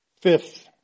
Fifth